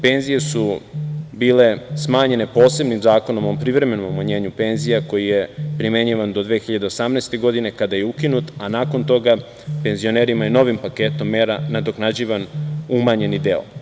Penzije su bile smanjene posebnim zakonom o privremenom umanjenju penzija koji je primenjivan do 2018. godine, kada je ukinut, a nakon toga penzionerima je novim paketom mera nadoknađivan umanjeni deo.